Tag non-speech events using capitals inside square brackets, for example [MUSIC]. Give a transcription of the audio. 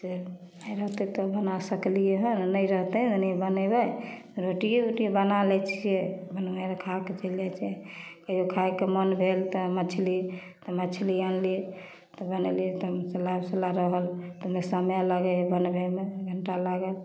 से नहि रहतै तऽ बना सकलिए हन नहि रहतै तऽ नहि बनेबै रोटिओ ओटिओ बना लै छिए दुनू माइ बेटा खाके चलि जाइ छै कहिओ खाइके मोन भेल तऽ मछली तऽ मछली आनलिए तऽ बनेलिए तऽ [UNINTELLIGIBLE] रहल तऽ ओहिमे समय लगै हइ बनबैमे एक घण्टा लागल